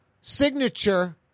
signature